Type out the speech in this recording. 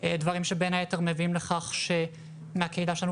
דברים שבין היתר מביאים לכך שבקהילה שלנו